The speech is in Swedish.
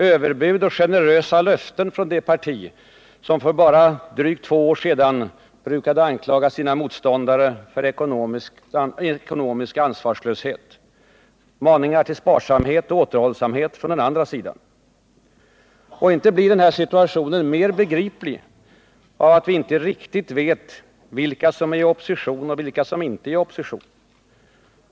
Överbud och generösa löften från det parti som för bara drygt två år sedan brukade anklaga sina motståndare för ekonomisk ansvarslöshet. Maningar till sparsamhet och återhållsamhet från den andra sidan. Och inte blir den här situationen mer begriplig av att vi inte riktigt vet vilka som är i opposition och vilka som inte är i opposition.